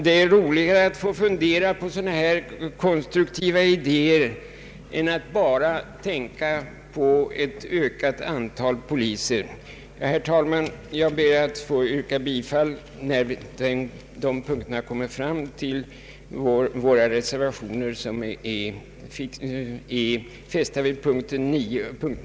Det är roligare att fundera på sådana här konstruktiva idéer än att bara tänka på ett ökat antal poliser. Herr talman! Jag kommer att när punkterna 9 och 10 tas upp till beslut yrka bifall till våra reservationer vid dessa punkter.